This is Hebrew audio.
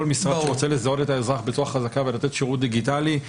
כל משרד שרוצה לזהות את האזרח בצורה חזקה ולתת שירות דיגיטלי,